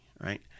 right